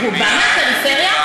רובם מהפריפריה?